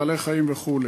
בעלי-חיים וכו'